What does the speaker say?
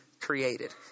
created